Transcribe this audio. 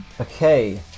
Okay